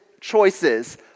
choices